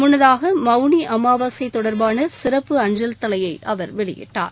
முன்னதாக மவுனி அமாவாசை தொடர்பான சிறப்பு அஞ்சல் தலையை அவர் வெளியிட்டார்